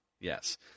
Yes